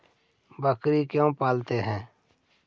बकरी क्यों पालते है?